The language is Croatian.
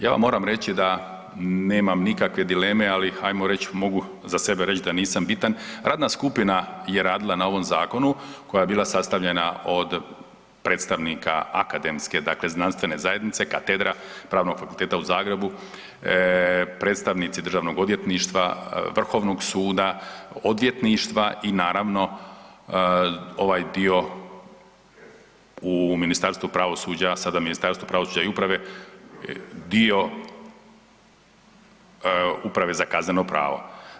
Ja vam moram reći da nemam nikakve dileme, ali ajmo reći, mogu za sebe reći da nisam bitan, radna skupina je radila na ovom zakonu koja je bila sastavljena od predstavnika akademske, dakle znanstvene zajednice, Katedra Pravnog fakulteta u Zagrebu, predstavnici DORH-a, Vrhovnog suda, odvjetništva i naravno, ovaj dio u Ministarstvu pravosuđa, sada Ministarstvo pravosuđa i uprave, dio Uprave za kazneno pravo.